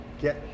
get